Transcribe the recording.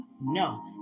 No